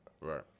Right